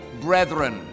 brethren